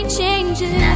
changes